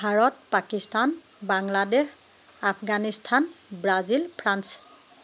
Bharat Pakistan Bangladesh Afghanistan Brazil France